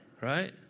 Right